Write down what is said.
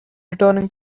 returning